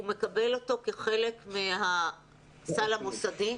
הוא מקבל אותו כחלק מהסל המוסדי.